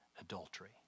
adultery